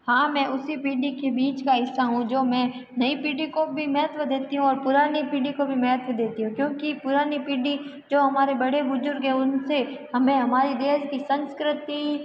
हाँ मैं उसी पीढ़ी के बीच का हिस्सा हूँ जो मैं नई पीढ़ी को भी महत्व देती हूँ और पुरानी पीढ़ी को भी महत्व देती हूँ क्योंकि पुरानी पीढ़ी जो हमारे बड़े बुज़ुर्ग हैं उनसे हमें हमारे देश की संस्कृति